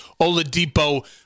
Oladipo